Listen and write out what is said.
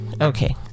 Okay